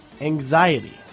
Anxiety